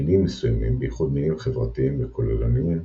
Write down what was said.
מינים מסוימים, בייחוד מינים חברתיים וכוללניים,